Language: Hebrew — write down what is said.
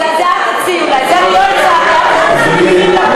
את זה את תציעי אולי.